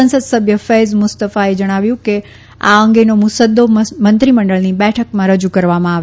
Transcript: સંસદસભ્ય ફૈઝ મુસ્તફાએ જણાવ્યું કે આ અંગેનો મુસદ્દો મંત્રીમંડળની બેઠકમાં રજૂ કરવામાં આવે